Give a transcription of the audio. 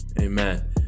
Amen